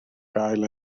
gael